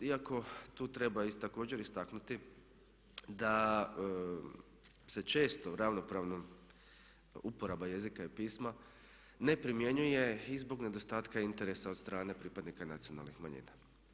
Iako tu treba također istaknuti da se često ravnopravna uporaba jezika i pisma ne primjenjuje i zbog nedostatka interesa od strane pripadnika nacionalnih manjina.